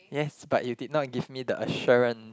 yes but you did not give me the assurance